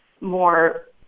more